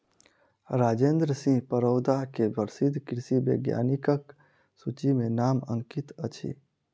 राजेंद्र सिंह परोदा के प्रसिद्ध कृषि वैज्ञानिकक सूचि में नाम अंकित अछि